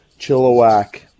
Chilliwack